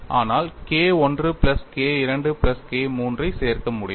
ஆனால் K I plus K II plus K III ஐ சேர்க்க முடியாது